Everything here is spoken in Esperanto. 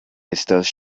estas